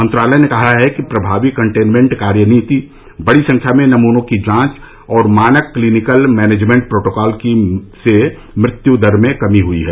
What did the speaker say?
मंत्रालय ने कहा कि प्रभावी कंटेनमेंट कार्य नीति बड़ी संख्या में नमूनों की जांच और मानक क्लीनिकल मैनेजमेंट प्रोटोकॉल से मृत्युदर में कमी हुई है